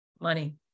Money